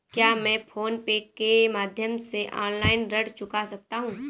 क्या मैं PhonePe के माध्यम से ऑनलाइन ऋण चुका सकता हूँ?